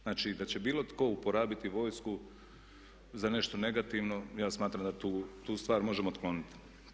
Znači da će bilo tko uporabiti vojsku za nešto negativno, ja smatram da tu stvar možemo otkloniti.